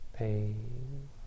Pain